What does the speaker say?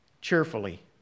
cheerfully